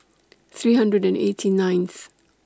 three hundred and eighty ninth